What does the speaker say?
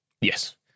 Yes